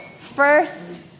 first